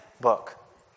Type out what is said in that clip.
book